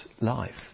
life